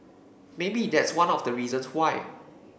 maybe that's one of the reasons why